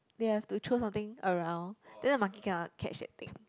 they have to throw something around and then the monkey cannot catch that thing